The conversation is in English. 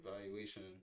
evaluation